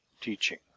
teaching